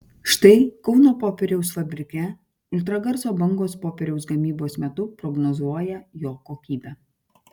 štai kauno popieriaus fabrike ultragarso bangos popieriaus gamybos metu prognozuoja jo kokybę